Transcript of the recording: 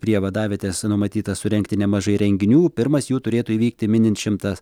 prie vadavietės numatyta surengti nemažai renginių pirmas jų turėtų įvykti minint šimtas